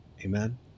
Amen